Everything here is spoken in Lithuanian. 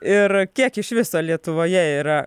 ir kiek iš viso lietuvoje yra